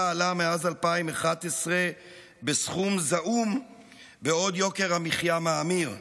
עלה מאז 2011 בסכום זעום בעוד יוקר המחיה מאמיר?